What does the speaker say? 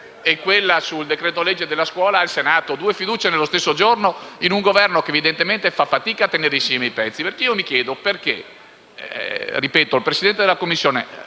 e quella sul decreto-legge sulla scuola al Senato: due fiducie nello stesso giorno poste da un Governo che evidentemente fa fatica a tenere insieme i pezzi. Mi chiedo perché il Presidente della Commissione,